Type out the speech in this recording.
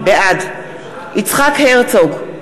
בעד יצחק הרצוג,